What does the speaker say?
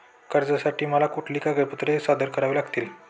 कर्जासाठी मला कुठली कागदपत्रे सादर करावी लागतील?